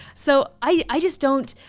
so i just don't.